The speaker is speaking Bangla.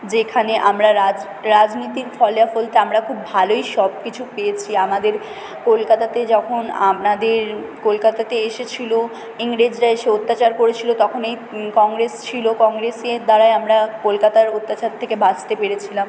যেখানে আমরা রাজ রাজনীতির ফলাফল তো আমরা খুব ভালোই সব কিছু পেয়েছি আমাদের কলকাতাতে যখন আমাদের কলকাতাতে এসেছিল ইংরেজরা এসে অত্যাচার করেছিল তখন এই কংগ্রেস ছিল কংগ্রেসের দ্বারাই আমরা কলকাতার অত্যাচার থেকে বাঁচতে পেরেছিলাম